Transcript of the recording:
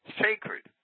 sacred